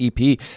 EP